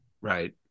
Right